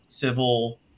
civil